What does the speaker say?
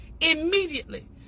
immediately